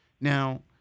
Now